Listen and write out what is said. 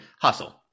hustle